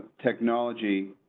technology.